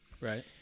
Right